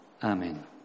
Amen